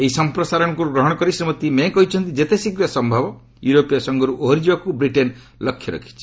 ଏହି ସମ୍ପ୍ରସାରଣକୁ ଗ୍ରହଣ କରି ଶ୍ରୀମତୀ ମେ' କହିଛନ୍ତି ଯେତେଶୀଘ୍ର ସମ୍ଭବ ୟୁରୋପୀୟ ସଂଘରୁ ଓହରିଯିବାକୁ ବ୍ରିଟେନ୍ ଲକ୍ଷ୍ୟ ରଖିଛି